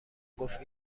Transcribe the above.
گفت